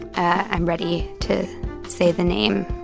i'm ready to say the name.